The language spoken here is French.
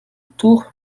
tour